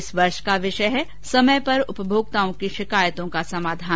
इस वर्ष का विषय है समय पर उपभोक्ताओं की शिकायतों का समाधान